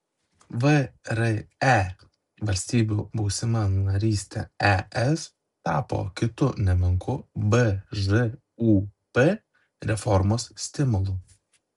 vre valstybių būsima narystė es tapo kitu nemenku bžūp reformos stimulu